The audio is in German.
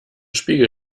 spiegel